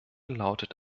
lautet